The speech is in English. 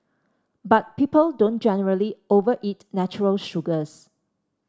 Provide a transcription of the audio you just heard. but people don't generally overeat natural sugars